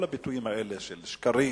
כל הביטויים האלה של שקרים,